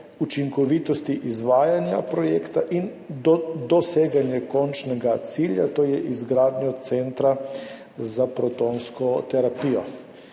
učinkovitosti izvajanja projekta in doseganje končnega cilja, to je izgradnja centra za protonsko terapijo.